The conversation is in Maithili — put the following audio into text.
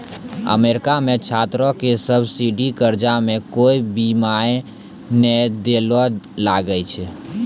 अमेरिका मे छात्रो के सब्सिडी कर्जा मे कोय बियाज नै दै ले लागै छै